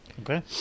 Okay